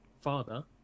father